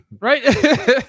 Right